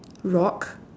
rock